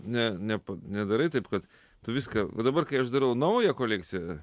ne ne nedarai taip kad tu viską va dabar kai aš darau naują kolekciją